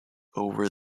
over